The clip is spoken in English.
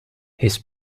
his